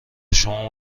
شما